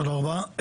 תודה רבה.